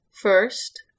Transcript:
first